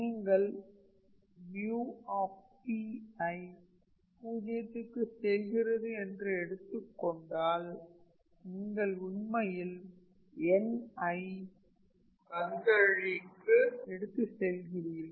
நீங்கள் 𝑃 ஐ 0 க்கு செல்கிறது என்று எடுத்துக் கொண்டால் நீங்கள உண்மையில் n ஐ கந்தழிக்கு எடுத்துச் செல்கிறீர்கள்